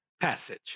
passage